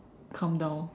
come down